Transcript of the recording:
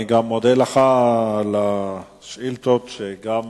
אני גם מודה לך על השאילתות, שכן